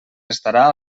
estarà